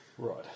Right